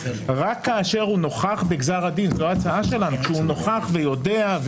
רק כאשר הוא נוכח בגזר דין זאת ההצעה שלנו כשהוא נוכח ויודע,